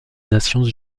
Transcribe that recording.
nations